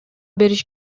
бериши